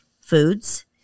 foods